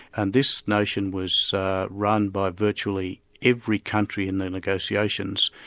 and this notion was run by virtually every country in the negotiations.